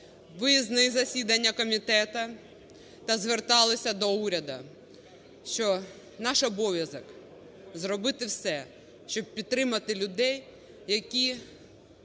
виїзні засідання комітету та зверталися до уряду, що наш обов'язок - зробити все, щоб підтримати людей, які